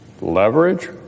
leverage